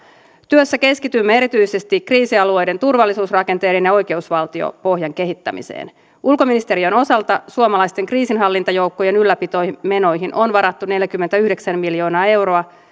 työssä keskitymme erityisesti kriisialueiden turvallisuusrakenteiden ja oikeusvaltiopohjan kehittämiseen ulkoministeriön osalta suomalaisten kriisinhallintajoukkojen ylläpitomenoihin on varattu neljäkymmentäyhdeksän miljoonaa euroa